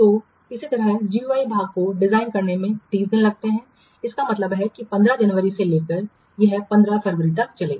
तो इसी तरह GUI भाग को डिजाइन करने में 30 दिन लगते हैं इसका मतलब है कि 15 जनवरी से लेकर यह 15 फरवरी तक चलेगा